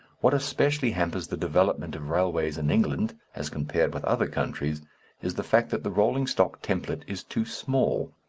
what especially hampers the development of railways in england as compared with other countries is the fact that the rolling-stock templet is too small.